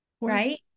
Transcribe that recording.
right